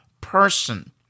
person